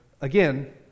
Again